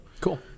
cool